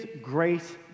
grace